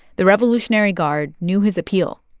the revolutionary guard knew his appeal.